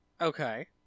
Okay